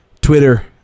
Twitter